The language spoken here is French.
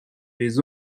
des